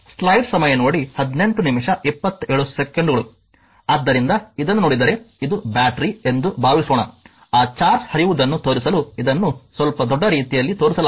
ಆದ್ದರಿಂದ ಇದನ್ನು ನೋಡಿದರೆ ಇದು ಬ್ಯಾಟರಿ ಎಂದು ಭಾವಿಸೋಣ ಆ ಚಾರ್ಜ್ ಹರಿಯುವುದನ್ನು ತೋರಿಸಲು ಇದನ್ನು ಸ್ವಲ್ಪ ದೊಡ್ಡ ರೀತಿಯಲ್ಲಿ ತೋರಿಸಲಾಗಿದೆ